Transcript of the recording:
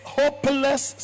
hopeless